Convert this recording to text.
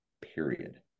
period